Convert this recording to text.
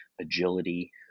agility